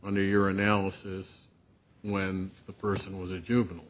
under your analysis when the person was a juvenile